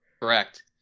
Correct